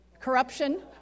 Corruption